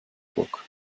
book